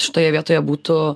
šitoje vietoje būtų